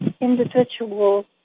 individual